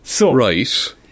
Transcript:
Right